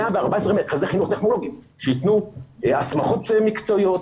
114 מרכזי חינוך טכנולוגי שייתנו הסמכות מקצועיות,